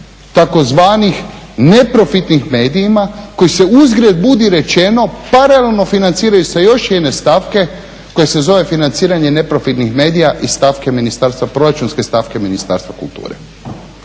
tzv. neprofitnih medija koji se uzgred budi rečeno paralelno financiraju sa još jedne stavke koja se zove financiranje neprofitnih medija iz stavke ministarstva, proračunske stavke Ministarstva kulture.